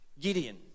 Gideon